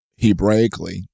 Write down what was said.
hebraically